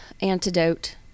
antidote